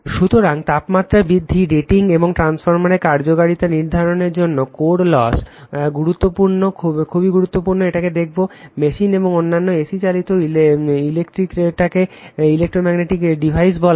সুতরাং তাপমাত্রা বৃদ্ধি রেটিং এবং ট্রান্সফরমারের কার্যকারিতা নির্ধারন করার জন্য কোর লস গুরুত্বপূর্ণ এটি দেখবো মেশিন এবং অন্যান্য AC চালিত ইলেক্ট্রোকে ইলেক্ট্রোম্যাগনেটিক ডিভাইস বলা হয়